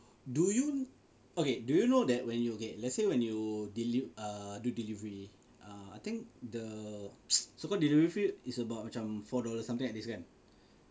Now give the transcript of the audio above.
do you okay do you know that when you okay let's say when you deli~ err do delivery uh I think the so called delivery fee is about macam four dollars something like this kan